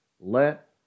Let